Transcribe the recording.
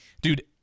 Dude